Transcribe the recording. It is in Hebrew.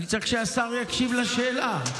אני צריך שהשר יקשיב לשאלה.